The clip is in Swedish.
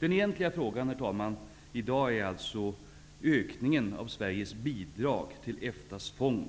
Den egentliga frågan i dag, herr talman, är alltså ökningen av Sveriges bidrag till EFTA:s fond